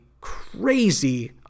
crazy